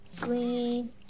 green